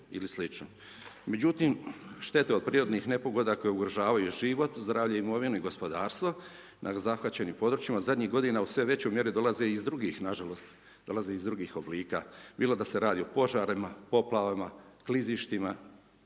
Međutim, štete od prirodnih nepogoda, koje ugrožavaju život, zdravlje imovinu i gospodarstvo na zahvaćenim područjima, zadnjih godina, u sve većoj mjeri dolaze, nažalost, iz drugih oblika, bilo da se radi o požarima, poplavama, klizištima